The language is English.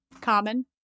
common